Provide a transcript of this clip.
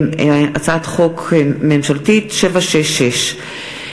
הצעת חוק ממשלתית 766,